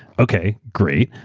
okay, great.